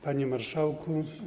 Panie Marszałku!